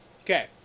Okay